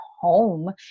home